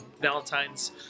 Valentine's